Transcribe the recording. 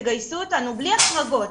תגייסו אותנו בלי החרגות,